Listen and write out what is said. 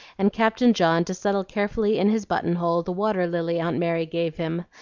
and captain john to settle carefully in his button-hole the water-lily aunt mary gave him,